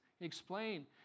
Explain